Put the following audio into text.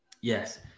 Yes